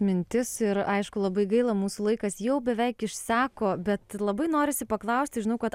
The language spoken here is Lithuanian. mintis ir aišku labai gaila mūsų laikas jau beveik išseko bet labai norisi paklausti žinau kad